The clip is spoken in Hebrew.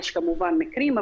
יש כמובן מקרים,